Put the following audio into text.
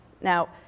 Now